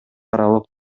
аралык